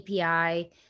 API